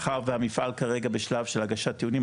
מאחר והמפעל כרגע בשלב של הגשת טיעונים,